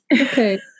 Okay